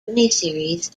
miniseries